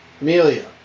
Amelia